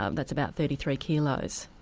um that's about thirty three kilos.